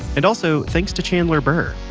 and also thanks to chandler burr.